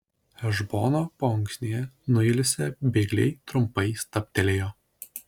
hešbono paunksnėje nuilsę bėgliai trumpai stabtelėjo